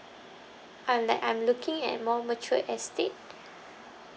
I'm like I'm looking at more matured estate